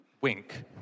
wink